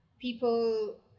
people